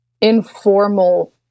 informal